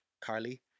Carly